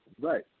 Right